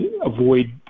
avoid